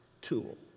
tool